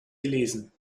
gelesen